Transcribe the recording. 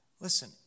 Listen